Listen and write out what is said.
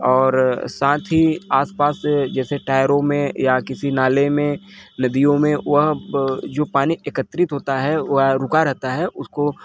और साथ ही आसपास जैसे टायरों में या किसी नालों में वह जो पानी एकत्रित होता है वह रुका रहता है उसको